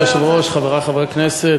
היושב-ראש מוכן לתת לי להסביר את זה?